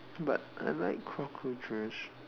but I like cockroaches